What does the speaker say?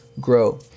grow